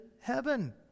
heaven